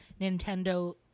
Nintendo